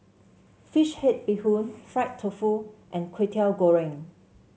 fish head Bee Hoon Fried Tofu and Kway Teow Goreng